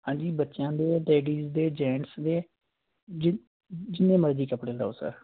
ਹਾਂਜੀ ਬੱਚਿਆਂ ਦੇ ਲੇਡੀਜ਼ ਦੇ ਜੈਂਟਸ ਦੇ ਜਿਨ ਜਿੰਨੇ ਮਰਜ਼ੀ ਕੱਪੜੇ ਲਓ ਸਰ